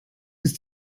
ist